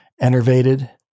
enervated